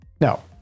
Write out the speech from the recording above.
Now